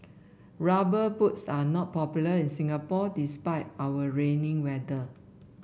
rubber boots are not popular in Singapore despite our rainy weather